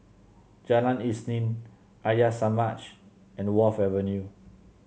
Jalan Isnin Arya Samaj and Wharf Avenue